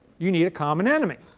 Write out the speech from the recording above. you need a common enemy.